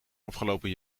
afgelopen